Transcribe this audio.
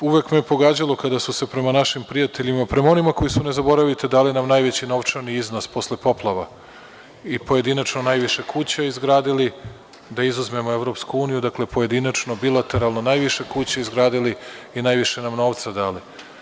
Uvek me je pogađalo kada su se prema našim prijateljima, prema onima koji su nam, ne zaboravite, dali najveći novčani iznos posle poplava i pojedinačno najviše kuća izgradili, da izuzmemo EU, dakle, pojedinačno, bilateralno najviše kuća izgradili i najviše nam novca dali.